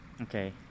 Okay